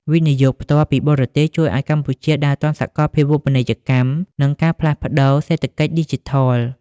វិនិយោគផ្ទាល់ពីបរទេស ជួយឱ្យកម្ពុជាដើរទាន់សកលភាវូបនីយកម្ម និងការផ្លាស់ប្តូរសេដ្ឋកិច្ចឌីជីថល។